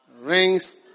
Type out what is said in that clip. Rings